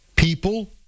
People